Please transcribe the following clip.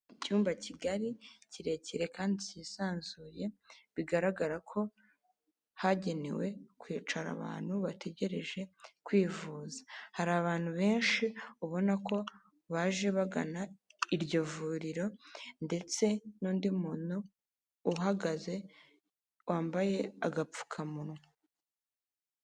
Icyumba kigari kirekire kandi kisanzuye bigaragara ko hagenewe kwicara abantu bategereje kwivuza. Hari abantu benshi ubona ko baje bagana iryo vuriro ndetse n'undi muntu uhagaze wambaye agapfukamunwa.